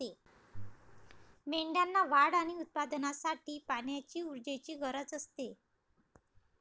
मेंढ्यांना वाढ आणि उत्पादनासाठी पाण्याची ऊर्जेची गरज असते